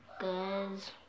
Guys